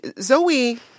Zoe